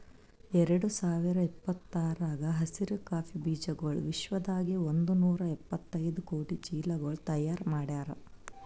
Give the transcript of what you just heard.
ಎರಡು ಸಾವಿರ ಇಪ್ಪತ್ತರಾಗ ಹಸಿರು ಕಾಫಿ ಬೀಜಗೊಳ್ ವಿಶ್ವದಾಗೆ ಒಂದ್ ನೂರಾ ಎಪ್ಪತ್ತೈದು ಕೋಟಿ ಚೀಲಗೊಳ್ ತೈಯಾರ್ ಮಾಡ್ಯಾರ್